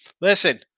Listen